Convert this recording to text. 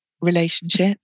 relationship